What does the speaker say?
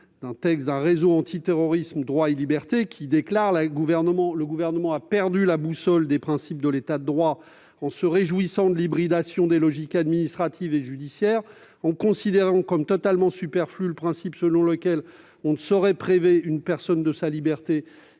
signataires du réseau Antiterrorisme, droits et libertés :« Le Gouvernement a perdu la boussole des principes de l'État de droit, en se réjouissant de l'hybridation des logiques administratives et judiciaires, et en considérant comme totalement superflu le principe selon lequel on ne saurait priver une personne de sa liberté